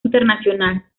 internacional